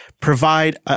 provide